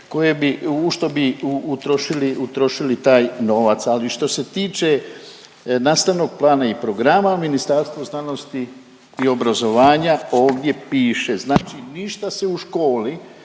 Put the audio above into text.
koje bi u što bi utrošili taj novac. Ali što se tiče nastavnog plana i programa, Ministarstvo znanosti i obrazovanja ovdje piše znači ništa se u školi